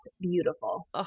beautiful